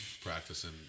practicing